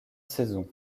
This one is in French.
saisons